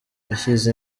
ashyize